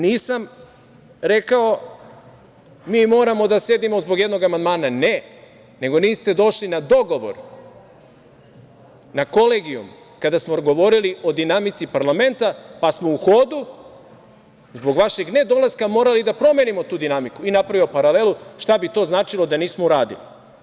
Nisam rekao - mi moramo da sedimo zbog jednog amandmana, ne, nego niste došli na dogovor, na Kolegijum, kada smo govorili o dinamici parlamenta, pa smo u hodu, zbog vašeg nedolaska, morali da promenimo tu dinamiku, i napravio paralelu šta bi to značilo da nismo uradili.